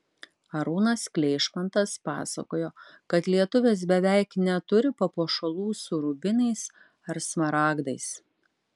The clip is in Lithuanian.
arūnas kleišmantas pasakojo kad lietuvės beveik neturi papuošalų su rubinais ar smaragdais